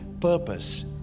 purpose